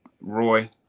Roy